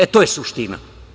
E, to je suština.